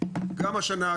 גם השנה,